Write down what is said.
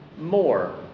more